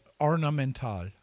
Ornamental